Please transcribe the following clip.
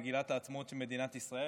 מגילת העצמאות של מדינת ישראל.